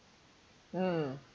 mm